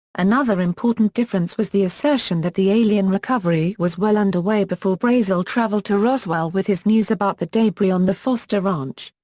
another important difference was the assertion that the alien recovery was well under way before brazel traveled to roswell with his news about the debris on the foster ranch.